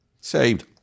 saved